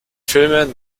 filme